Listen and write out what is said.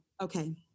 Okay